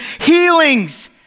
healings